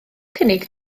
cynnig